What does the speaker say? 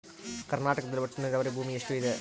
ಕರ್ನಾಟಕದಲ್ಲಿ ಒಟ್ಟು ನೇರಾವರಿ ಭೂಮಿ ಎಷ್ಟು ಇದೆ?